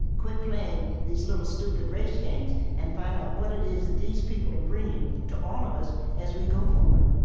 quit playing these little stupid race games and find out what it is that these people are bringing to all of us as we go forward